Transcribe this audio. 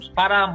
para